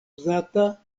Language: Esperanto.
uzata